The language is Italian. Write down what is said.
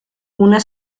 una